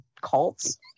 cults